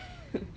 then after that